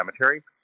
cemetery